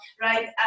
right